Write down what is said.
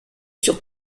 sur